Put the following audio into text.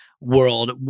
world